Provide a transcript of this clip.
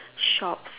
shops